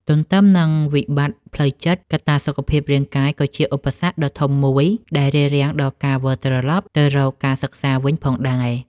ទន្ទឹមនឹងវិបត្តិផ្លូវចិត្ត កត្តាសុខភាពរាងកាយក៏ជាឧបសគ្គដ៏ធំមួយដែលរារាំងដល់ការវិលត្រឡប់ទៅរកការសិក្សាវិញផងដែរ។